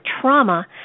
trauma